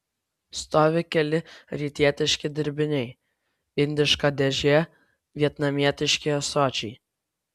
stovi keli rytietiški dirbiniai indiška dėžė vietnamietiški ąsočiai